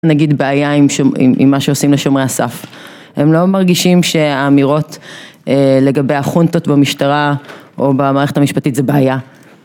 נגיד בעיה עם מה שעושים לשומרי הסף. הם לא מרגישים שהאמירות לגבי החונטות במשטרה או במערכת המשפטית זה בעיה.